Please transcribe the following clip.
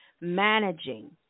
Managing